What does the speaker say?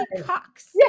cox